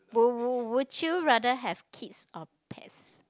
wou~ would you rather have kids or pets